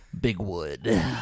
Bigwood